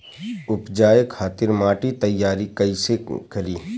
उपजाये खातिर माटी तैयारी कइसे करी?